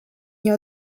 nie